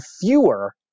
fewer